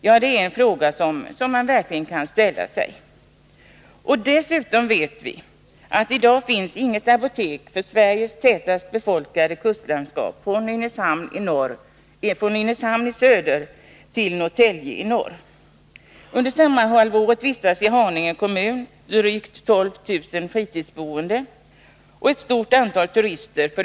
Ja, det är en fråga som man verkligen kan ställa sig. I dag finns det inget apotek för Sveriges tätast befolkade kustlandskap, området från Nynäshamn i söder till Norrtälje i norr. Under sommarhalvåret vistas i Haninge kommun förutom den fasta befolkningen drygt 12000 fritidsboende och ett stort antal turister.